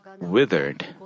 withered